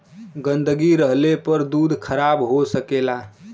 गन्दगी रहले पर दूध खराब हो सकेला